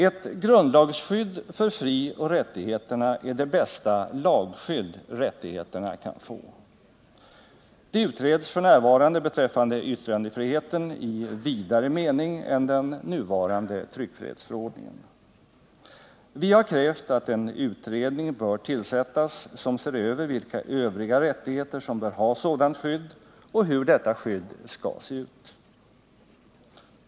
Ett grundlagsskydd för frioch rättigheterna är det bästa lagskydd rättigheterna kan få. Det utreds f. n. beträffande yttrandefriheten i vidare mening än den nuvarande tryckfrihetsförordningen. Vi har krävt att en utredning bör tillsättas, som ser över vilka övriga rättigheter som bör ha ett sådant skydd och hur detta skydd skall se ut.